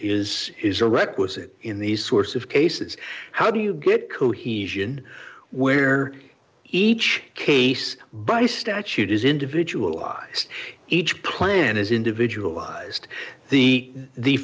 is is a requisite in these sorts of cases how do you get cohesion where each case by statute is individual ised each plan is individual ised the the